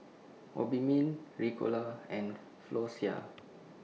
Obimin Ricola and Floxia